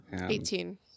Eighteen